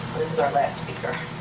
this is our last speaker.